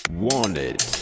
Wanted